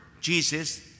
Jesus